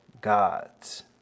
God's